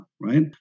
right